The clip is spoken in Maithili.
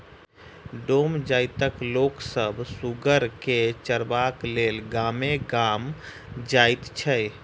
डोम जाइतक लोक सभ सुगर के चरयबाक लेल गामे गाम जाइत छै